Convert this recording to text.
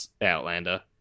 outlander